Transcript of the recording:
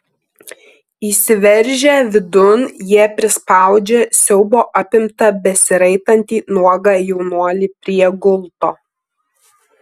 įsiveržę vidun jie prispaudžia siaubo apimtą besiraitantį nuogą jaunuolį prie gulto